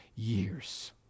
years